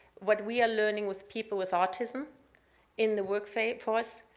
what we are learning with people with autism in the workforce,